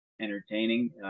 entertaining